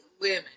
women